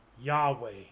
Yahweh